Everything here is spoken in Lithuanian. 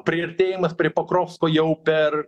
priartėjimas prie pakropsko jau per